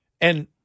And-